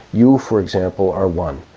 you, for example, are one.